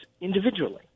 individually